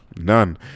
none